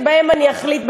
שבהם אני אחליט,